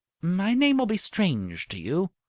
my name will be strange to you.